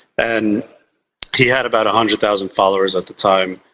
and he had about a hundred thousand followers at the time.